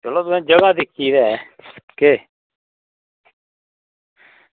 चलो तुसें जगह दिक्खी ते ऐ केह्